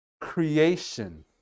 Creation